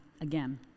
again